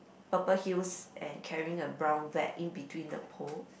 purple heels and carrying a brown bag in between the pole